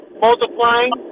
Multiplying